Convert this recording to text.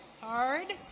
hard